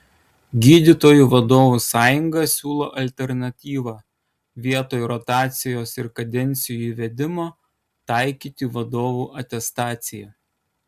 gydytojų vadovų sąjunga siūlo alternatyvą vietoj rotacijos ir kadencijų įvedimo taikyti vadovų atestaciją